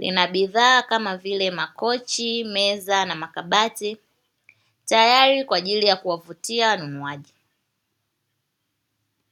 Lina bidhaa kama vile:- makochi, meza na makabati tayari kwa ajili ya kuwavutia wanunuaji.